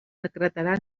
decretarà